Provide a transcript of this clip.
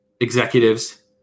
executives